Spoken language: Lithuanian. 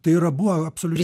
tai yra buvo absoliučiai